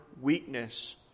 weakness